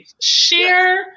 Share